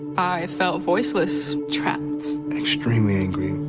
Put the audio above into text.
i felt voiceless. trapped. extremely angry.